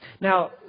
Now